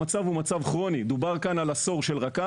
המצב הוא מצב כרוני דובר כאן על עשור של רק"ל